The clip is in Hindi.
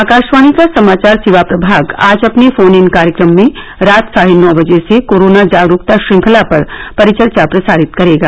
आकाशवाणी का समाचार सेवा प्रभाग आज अपने फोन इन कार्यक्रम में रात साढ़े नौ बजे से कोरोना जागरूकता श्रृंखला पर परिचर्चा प्रसारित करेगा